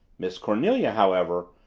miss cornelia, however,